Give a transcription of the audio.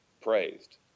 praised